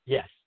Yes